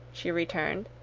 she returned.